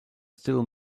still